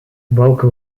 welke